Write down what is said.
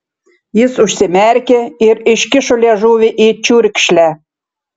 jis užsimerkė ir iškišo liežuvį į čiurkšlę